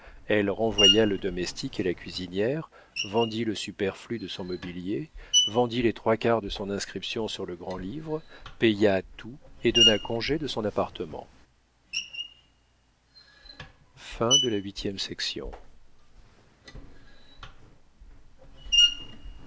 elle renvoya le domestique et la cuisinière vendit le superflu de son mobilier vendit les trois quarts de son inscription sur le grand-livre paya tout et donna congé de son appartement